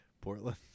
Portland